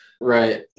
Right